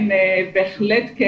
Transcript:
בהחלט כן.